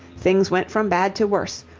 things went from bad to worse,